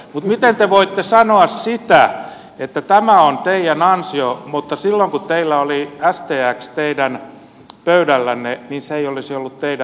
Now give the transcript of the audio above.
mutta miten te voitte sanoa sitä että tämä on teidän ansiotanne mutta silloin kun teillä oli stx teidän pöydällänne niin se ei olisi ollut teidän vikanne